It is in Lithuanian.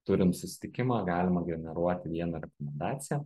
turim susitikimą galima generuoti vieną rekomendaciją